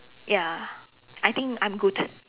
ya I think I'm good